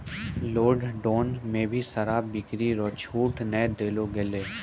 lockdown मे भी शराब बिक्री रो छूट नै देलो गेलै